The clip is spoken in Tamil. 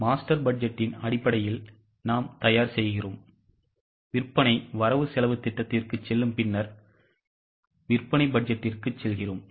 எனவே master பட்ஜெட்டின் அடிப்படையில் நாம் தயார் செய்கிறோம் விற்பனை வரவு செலவுத் திட்டத்திற்குச் செல்லும் பின்னர் விற்பனை பட்ஜெட்டிற்கு செல்கிறோம்